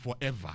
forever